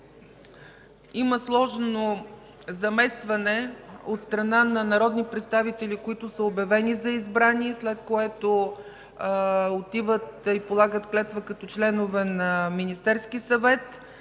има сложно заместване от страна на народни представители, които са обявени за избрани, след което отиват и полагат клетва като членове на Министерския съвет,